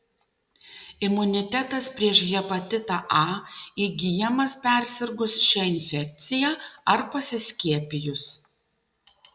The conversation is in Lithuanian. imunitetas prieš hepatitą a įgyjamas persirgus šia infekcija ar pasiskiepijus